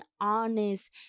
honest